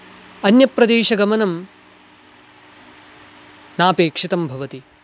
अन्यप्रदेशगमनं नापेक्षितं भवति